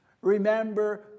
Remember